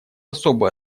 особую